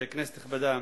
כנסת נכבדה,